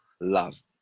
love